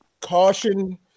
Caution